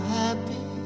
happy